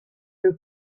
who